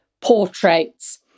portraits